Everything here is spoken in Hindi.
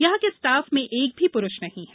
यहां के स्टाफ में एक भी प्रुष नहीं है